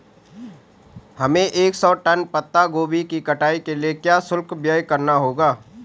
हमें एक सौ टन पत्ता गोभी की कटाई के लिए क्या शुल्क व्यय करना होगा?